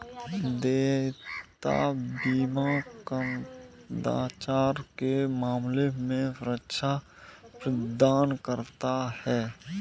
देयता बीमा कदाचार के मामले में सुरक्षा प्रदान करता है